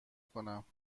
کنم